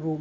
ah